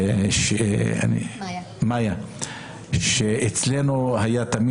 גם אם יש קרקע